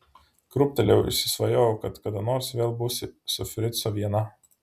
krūptelėjau ir užsisvajojau kad kada nors vėl būsiu su fricu viena